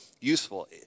useful